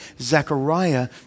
Zechariah